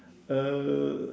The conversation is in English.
uh